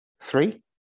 Three